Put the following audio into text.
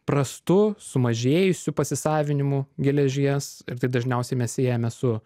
prastu sumažėjusiu pasisavinimu geležies ir tai dažniausiai mes siejame su